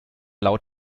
laut